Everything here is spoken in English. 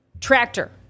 tractor